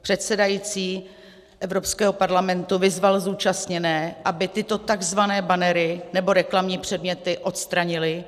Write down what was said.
Předsedající Evropského parlamentu vyzval zúčastněné, aby tyto takzvané bannery nebo reklamní předměty odstranili.